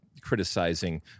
criticizing